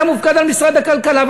אתה מופקד על משרד הכלכלה.